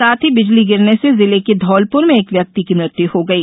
साथ ही बिजली गिरने से जिले के धौलपुर में एक व्यक्ति की मृत्यु हो गयी